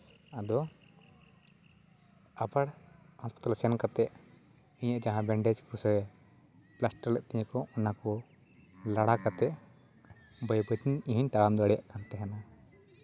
ᱟᱫᱚ ᱟᱵᱟᱨ ᱦᱟᱥᱯᱟᱛᱟᱞ ᱥᱮᱱ ᱠᱟᱛᱮ ᱱᱤᱭᱟᱹ ᱡᱟᱦᱟᱸ ᱵᱮᱱᱰᱮᱡᱽ ᱠᱚᱛᱮ ᱥᱮ ᱯᱞᱟᱥᱴᱟᱨ ᱞᱮᱫ ᱛᱤᱧᱟᱹ ᱠᱚ ᱚᱱᱟ ᱠᱚ ᱞᱟᱲᱟ ᱠᱟᱛᱮ ᱵᱟᱹᱭᱼᱵᱟᱹᱭ ᱛᱮ ᱤᱧᱤᱧ ᱛᱟᱲᱟᱢ ᱫᱟᱲᱮᱭᱜ ᱠᱟᱱ ᱛᱟᱦᱮᱱᱟ